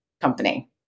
company